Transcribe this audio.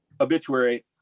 obituary